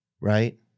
right